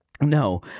no